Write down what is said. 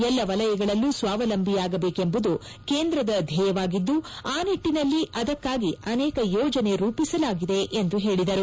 ಎಲ್ಲ ವಲಯಗಳಲ್ಲೂ ಸ್ವಾವಲಂಬಿಯಾಹಬೇಕೆಂಬುದು ಕೇಂದ್ರದ ಧ್ಲೇಯವಾಗಿದ್ಲು ಆ ನಿಟ್ಲಿನಲ್ಲಿ ಅದಕ್ಕಾಗಿ ಅನೇಕ ಯೋಜನೆ ರೂಪಿಸಲಾಗಿದೆ ಎಂದು ಹೇಳಿದರು